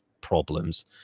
problems